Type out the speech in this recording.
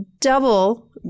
double